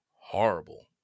horrible